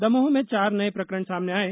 दमोह में चार नये प्रकरण सामने आये